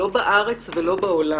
לא בארץ ולא בעולם,